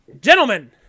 gentlemen